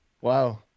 Wow